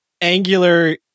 Angular